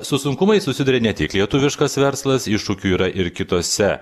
su sunkumais susiduria ne tik lietuviškas verslas iššūkių yra ir kitose